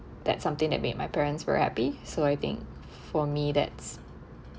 that something that made my parents were happy so I think for me that's